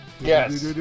yes